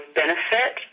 benefit